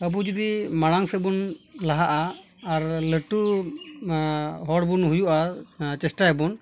ᱟᱵᱚ ᱡᱩᱫᱤ ᱢᱟᱲᱟᱝᱥᱮᱫ ᱵᱚᱱ ᱞᱟᱦᱟᱜᱼᱟ ᱟᱨ ᱞᱟᱹᱴᱩ ᱦᱚᱲᱵᱚᱱ ᱦᱩᱭᱩᱜᱼᱟ ᱪᱮᱥᱴᱟᱭ ᱟᱵᱚᱱ